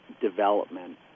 development